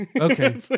okay